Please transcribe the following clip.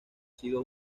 sido